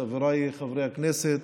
חבריי חברי הכנסת,